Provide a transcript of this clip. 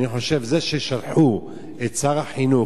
אני חושב שזה ששלחו את שר החינוך,